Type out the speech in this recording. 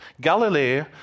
Galilee